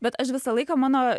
bet aš visą laiką mano